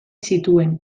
zituen